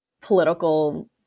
political